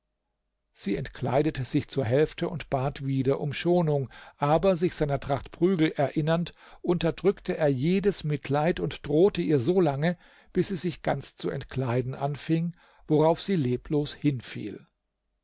sie entkleidete sich zur hälfte und bat wieder um schonung aber sich seiner tracht prügel erinnernd unterdrückte er jedes mitleid und drohte ihr solange bis sie sich ganz zu entkleiden anfing worauf sie leblos